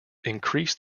increase